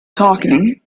talking